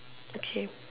okay